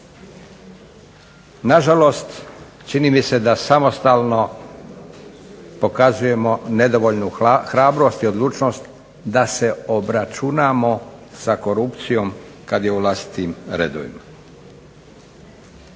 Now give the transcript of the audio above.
Nažalost, čini mi se da samostalno pokazujemo nedovoljnu hrabrost i odlučnost da se obračunamo sa korupcijom kad je u vlastitim redovima.